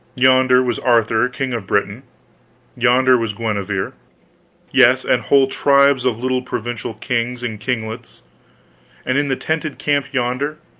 yonder was arthur, king of britain yonder was guenever yes, and whole tribes of little provincial kings and kinglets and in the tented camp yonder,